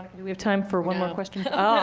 do we have time for one more question?